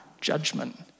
judgment